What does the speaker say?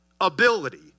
ability